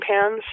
pans